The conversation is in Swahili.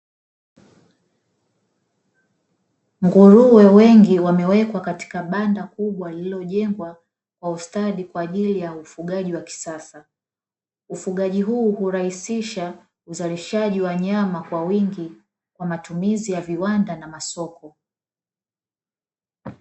Nguruwe wengi wamewekwa katika banda kubwa lililojengwa kwa ustadi kwa ajili ya ufugaji wa kisasa, ufugaji huu utahusisha uzalishaji wa nyama kwa wingi kwa ajili ya viwanda na masoko.